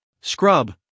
scrub